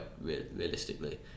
realistically